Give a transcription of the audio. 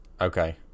Okay